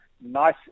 nice